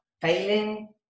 failing